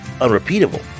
unrepeatable